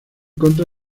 contra